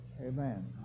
Amen